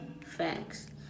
Facts